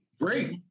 Great